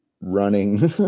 running